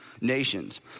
nations